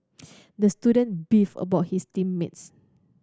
the student beefed about his team mates